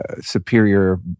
Superior